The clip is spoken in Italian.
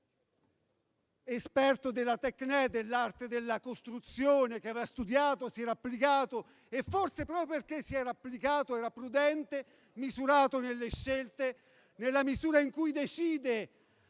esperto nella *techné*, nell'arte della costruzione, che aveva studiato, si era applicato e, forse proprio perché si era applicato, era prudente e misurato nelle scelte, nella misura in cui decide